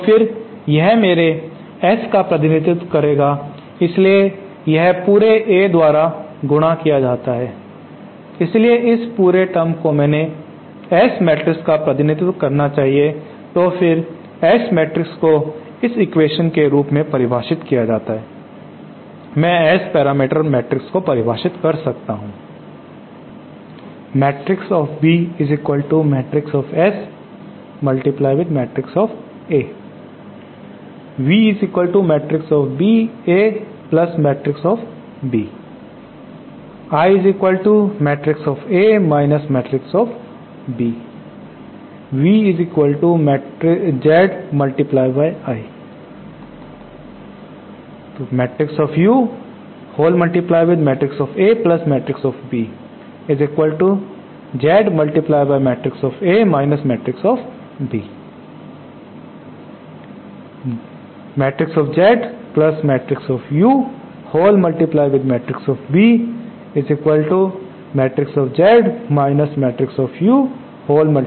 तो फिर यह मेरे S का प्रतिनिधित्व करेगा इसलिए यह पूरे A द्वारा गुणा किया जाता है इसलिए इस पूरे टर्म को मेरे S मैट्रिक्स का प्रतिनिधित्व करना चाहिए तो फिर S मैट्रिक्स को इस एक्वेशन के रूप में परिभाषित किया जाता है मैं S पैरामीटर मैट्रिक्स को परिभाषित कर सकता हूं